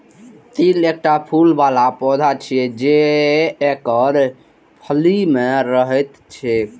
तिल एकटा फूल बला पौधा छियै, जे एकर फली मे रहैत छैक